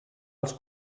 els